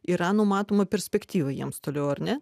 yra numatoma perspektyva jiems toliau ar ne